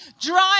drive